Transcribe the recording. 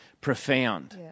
profound